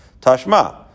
Tashma